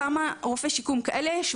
כמה רופאי שיקום כאלה יש,